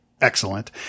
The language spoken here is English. Excellent